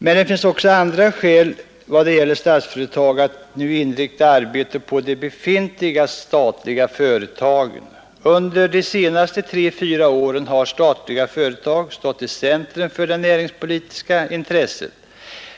Men det finns också andra skäl för Statsföretag AB att nu inrikta arbetet på de befintliga statliga företagen. Under de senaste tre fyra åren har statliga företag stått i centrum för det näringspolitiska intresset.